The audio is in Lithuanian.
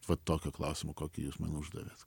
va tokio klausimo kokį jūs man uždavėt